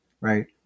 right